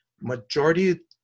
Majority